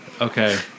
Okay